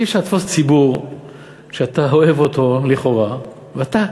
אי-אפשר לתפוס ציבור שאתה אוהב אותו לכאורה ואתה